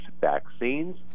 vaccines